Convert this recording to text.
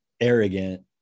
arrogant